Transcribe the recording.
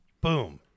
Boom